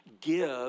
Give